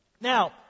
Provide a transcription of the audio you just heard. Now